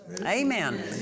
Amen